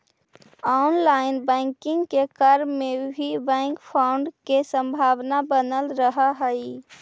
online banking के क्रम में भी बैंक फ्रॉड के संभावना बनल रहऽ हइ